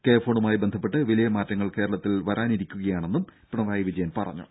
K ഫോണുമായി ബന്ധപ്പെട്ട് വലിയ മാറ്റങ്ങൾ കേരളത്തിൽ നടക്കാനിരിക്കുക യാണെന്നും പിണറായി വിജയൻ പറഞ്ഞു